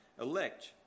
elect